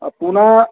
আপোনাৰ